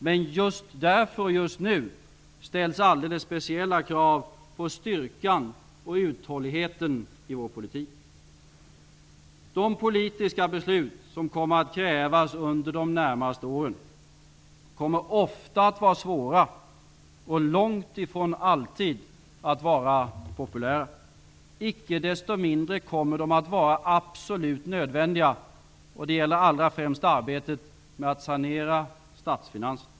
Men just därför och just nu ställs alldeles speciella krav på styrkan och uthålligheten i vår politik. De politiska beslut som kommer att krävas under de närmaste åren kommer ofta att vara svåra och långtifrån alltid att vara populära. Icke desto mindre kommer de att vara absolut nödvändiga. Det gäller främst arbetet med att sanera statsfinanserna.